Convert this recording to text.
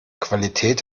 qualität